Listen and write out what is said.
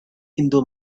hindu